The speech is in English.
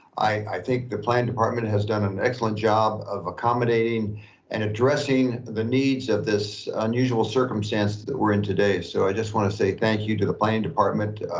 i think the planning department has done an excellent job of accommodating and addressing the needs of this unusual circumstance that we're in today. so i just wanna say thank you to the planning department.